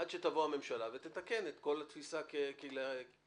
עד שתבוא הממשלה ותתקן את כל התפיסה במלואה.